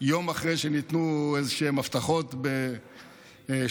יום אחרי שניתנו הבטחות בשארם,